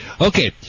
Okay